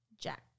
Jack